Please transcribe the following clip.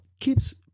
keeps